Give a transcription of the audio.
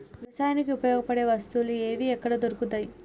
వ్యవసాయానికి ఉపయోగపడే వస్తువులు ఏవి ఎక్కడ దొరుకుతాయి?